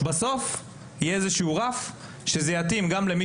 בסוף יהיה איזה שהוא רף שזה יתאים גם למי